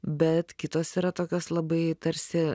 bet kitos yra tokios labai tarsi